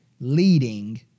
leading